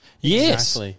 Yes